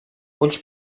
ulls